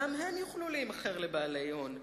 גם הם יוכלו להימכר לבעלי הון,